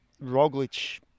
Roglic